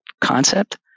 concept